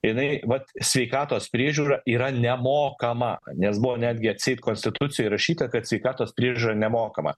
jinai vat sveikatos priežiūra yra nemokama nes buvo netgi atseit konstitucijoj įrašyta kad sveikatos priežiūra nemokama